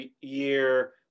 year